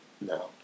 No